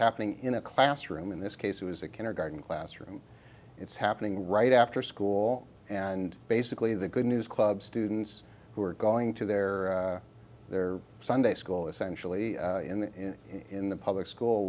happening in a classroom in this case it was a kindergarten classroom it's happening right after school and basically the good news club students who are going to their their sunday school essentially in in the public school